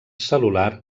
cel·lular